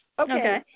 Okay